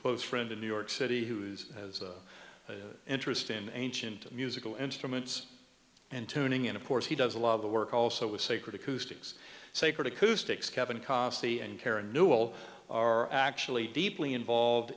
close friend in new york city who's as interested in ancient musical instruments and tuning in of course he does a lot of the work also with sacred acoustics sacred acoustics kevin costly and kara newell are actually deeply involved